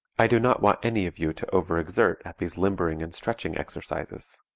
i do not want any of you to overexert at these limbering and stretching exercises.